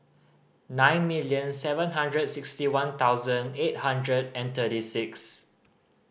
nine million seven hundred sixty one thousand eight hundred and thirty six